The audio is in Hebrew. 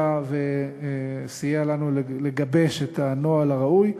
בשעתו וסייע לנו לגבש את הנוהל הראוי,